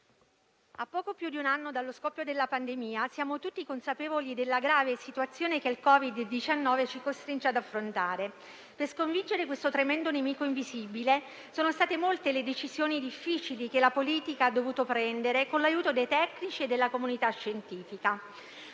a poco più di un anno dallo scoppio della pandemia siamo tutti consapevoli della grave situazione che il Covid-19 ci costringe ad affrontare. Per sconfiggere questo tremendo nemico invisibile, sono state molte le decisioni difficili che la politica ha dovuto prendere, con l'aiuto dei tecnici e della comunità scientifica.